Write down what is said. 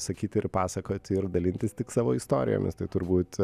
sakyt ir pasakot ir dalintis tik savo istorijomis tai turbūt